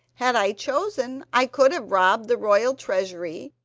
had i chosen, i could have robbed the royal treasury,